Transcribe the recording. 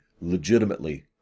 legitimately